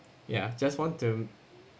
ya just want to